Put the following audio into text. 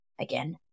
Again